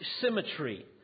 symmetry